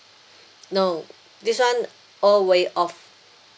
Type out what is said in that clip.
no this [one] all waive off